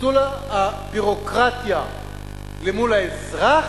ביטול הביורוקרטיה מול האזרח,